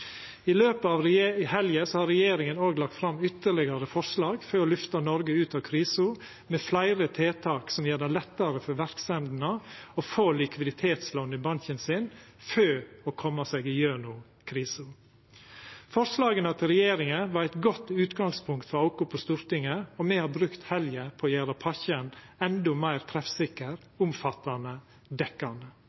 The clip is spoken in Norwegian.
I løpet av helga har regjeringa òg lagt fram ytterlegare forslag for å lyfta Noreg ut av krisa, med fleire tiltak som gjer det lettare for verksemdene å få likviditetslån i banken sin for å koma seg gjennom krisa. Forslaga til regjeringa var eit godt utgangspunkt for oss på Stortinget, og me har brukt helga på å gjera pakka endå meir treffsikker, omfattande